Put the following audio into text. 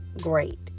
great